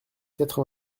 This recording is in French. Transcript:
quatre